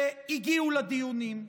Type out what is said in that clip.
הם הגיעו לדיונים,